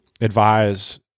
advise